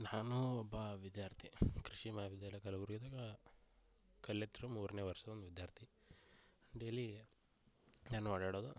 ನಾನು ಒಬ್ಬ ವಿದ್ಯಾರ್ಥಿ ಕೃಷಿ ಮಹಾವಿದ್ಯಾಲಯ ಕಲ್ಬುರ್ಗಿದಾಗ ಕಲಿತಿರೊ ಮೂರನೇ ವರ್ಷದ ಒಂದು ವಿದ್ಯಾರ್ಥಿ ಡೇಲಿ ನಾನು ಓಡಾಡೋದು